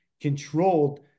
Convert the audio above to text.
controlled